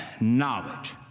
knowledge